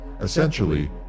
essentially